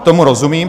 Tomu rozumím.